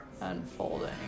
unfolding